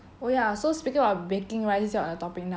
oh ya so speaking about baking right since we're on the topic now